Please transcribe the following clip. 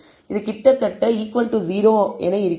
இது கிட்டத்தட்ட 0 என குறிக்கிறது